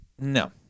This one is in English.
No